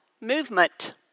movement